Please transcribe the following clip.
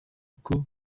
ariko